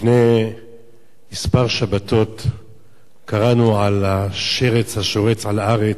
לפני מספר שבתות קראנו על השרץ השורץ על הארץ,